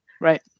Right